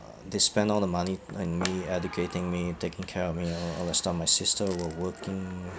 they spent all the money on me educating me taking care of me all all this time my sister was working